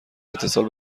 اتصال